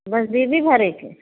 बस दीदी भर एख है